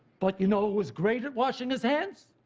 but you know who was great at washing his hands?